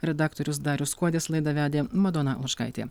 redaktorius darius kuodis laidą vedė madona lučkaitė